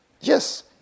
yes